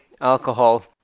alcohol